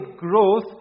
growth